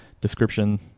description